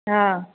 हा